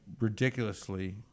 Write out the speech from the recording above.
ridiculously